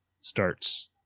starts